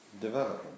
development